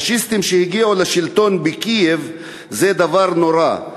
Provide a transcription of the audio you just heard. הפאשיסטים שהגיעו לשלטון בקייב זה דבר נורא.